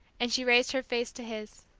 and she raised her face to his.